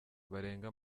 barenga